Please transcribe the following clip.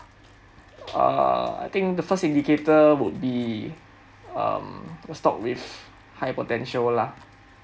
err I think the first indicator would be um stock with high potential lah